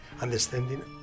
understanding